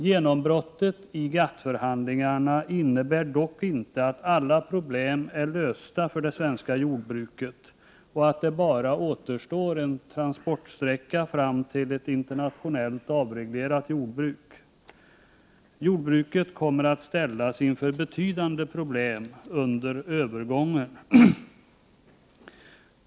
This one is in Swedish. Genombrottet i GATT-förhandlingarna innebär dock inte att alla problem är lösta för det svenska jordbruket och att det bara återstår en transportsträcka fram till ett internationellt avreglerat jordbruk. Jordbruket kommer att ställas inför betydande problem under övergången.